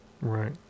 Right